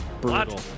brutal